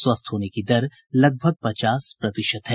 स्वस्थ होने की दर लगभग पचास प्रतिशत है